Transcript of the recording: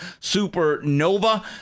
Supernova